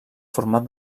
format